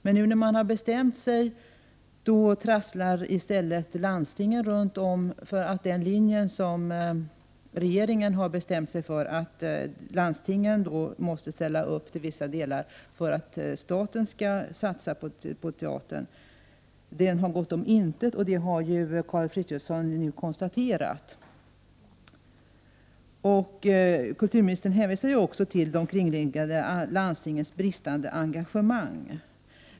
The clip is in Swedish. Men när man nu har bestämt sig, trasslar i stället de kringliggande landstingen därför att regeringen bestämt sig för att dessa måste ställa upp till vissa delar för att staten skall satsa på teatern. Detta har gått om intet, och det har Karl Frithiofson nu konstaterat. Kulturministern hänvisar också till de kringliggande landstingens bristande engagemang.